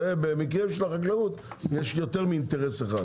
במקרים של החקלאות יש יותר מאינטרס אחד,